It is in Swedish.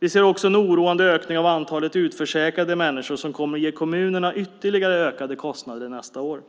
Vi ser också en oroande ökning av antalet utförsäkrade människor, vilket kommer att ge kommunerna ytterligare ökade kostnader nästa år.